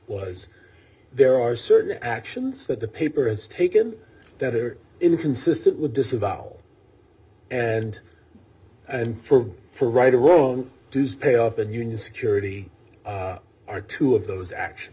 was there are certain actions that the paper has taken that are inconsistent with disavow and and for for right or wrong to stay off and union security are two of those action